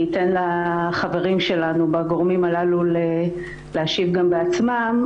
אני אתן לחברים שלנו בגורמים הללו להשיב גם בעצמם,